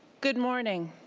good morning.